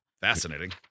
Fascinating